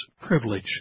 privilege